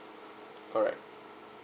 correct